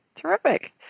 Terrific